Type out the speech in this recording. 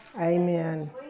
Amen